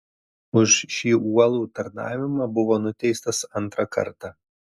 už šį uolų tarnavimą buvo nuteistas antrą kartą